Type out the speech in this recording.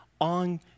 on